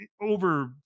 over